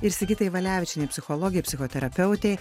ir sigitai valevičienei psichologei psichoterapeutei